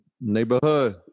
neighborhood